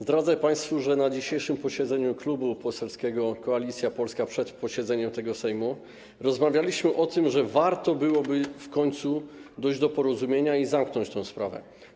Zdradzę państwu, że na dzisiejszym posiedzeniu klubu poselskiego Koalicja Polska, które odbyło się przed tym posiedzeniem Sejmu, rozmawialiśmy o tym, że warto byłoby w końcu dojść do porozumienia i zamknąć tę sprawę.